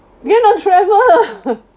cannot travel